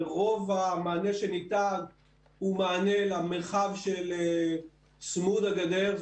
רוב המענה שניתן הוא מענה למרחב של צמוד הגדר,